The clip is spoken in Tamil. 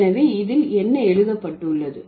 எனவே இதில் என்ன எழுதப்பட்டுள்ளது